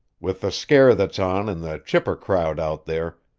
with the scare that's on in the chipper crowd out there,